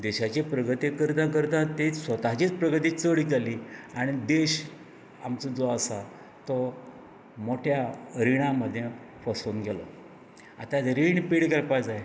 देशाची प्रगती करता करता ती स्वताचीच प्रगती चड जाली आनी देश आमचो जो आसा तो मोट्या रिणां मध्ये फसवून गेलो आता जें रीण पेड करपाक जाय